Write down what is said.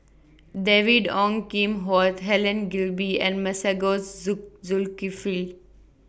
David Ong Kim Huat Helen Gilbey and Masagos Zulkifli